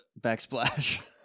backsplash